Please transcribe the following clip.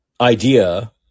idea